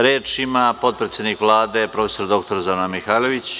Reč ima potpredsednik Vlade, prof. dr Zorana Mihajlović.